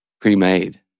pre-made